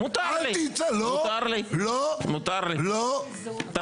היום אדוני היושב-ראש, אנחנו מדברים